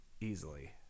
easily